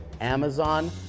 Amazon